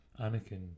anakin